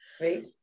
Right